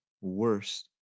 worst